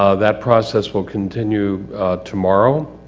ah that process will continue tomorrow,